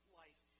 life